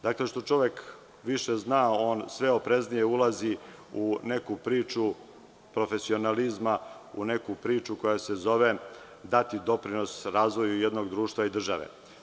Dakle, što čovek više zna on sve opreznije ulazi u neku priču profesionalizma, u neku priču koja se zove dati doprinos razvoju jednog društva i države.